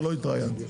ולא התראיינתי.